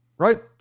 Right